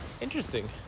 interesting